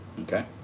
Okay